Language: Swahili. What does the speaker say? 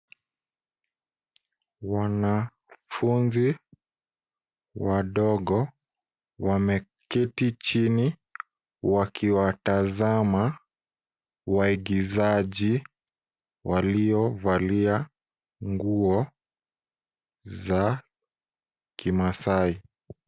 Wanafunzi wadogo wameketi chini wakiwatazama waigizaji waliovalia nguo za kimaasai.